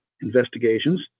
investigations